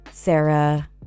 Sarah